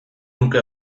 nuke